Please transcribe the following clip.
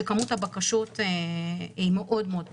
שכמות הבקשות היא מאוד-מאוד גדולה.